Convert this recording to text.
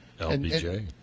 LBJ